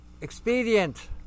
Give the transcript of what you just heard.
expedient